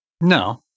No